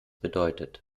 bedeutet